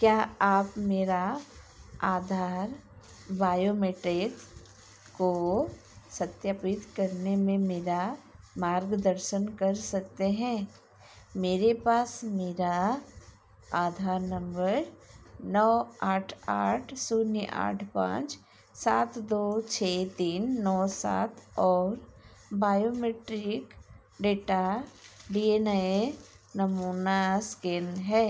क्या आप मेरा आधार बायोमैट्रिक्स को सत्यापित करने में मेरा मार्गदर्शन कर सकते हैं मेरे पास मेरा आधार नम्बर नौ आठ आठ शून्य आठ पाँच सात दो छः तीन नौ सात और biometric data D N A नमूना इस्केन है